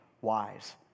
wise